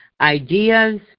ideas